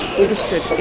interested